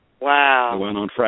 Wow